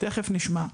תכף נשמע.